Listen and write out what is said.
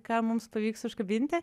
ką mums pavyks užkabinti